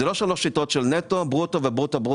אלה לא שלוש שיטות, של נטו, ברוטו וברוטו-ברוטו.